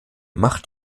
macht